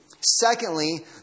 Secondly